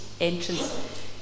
entrance